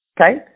Okay